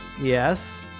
Yes